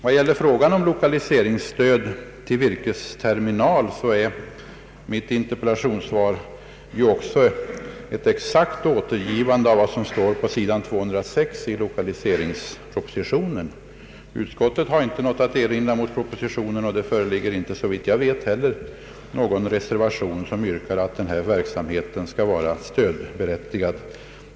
Vad gäller frågan om lokaliseringsstöd till virkesterminaler är mitt interpellationssvar ett exakt återgivande av vad som står på sidan 206 i lokaliseringspropositionen. Utskottet hade inte någonting att erinra mot propositionen. Det föreligger såvitt jag vet inte heller någon reservation med yrkande om att sådana arbeten skall vara stödberättigade.